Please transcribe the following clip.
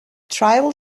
tribal